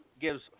gives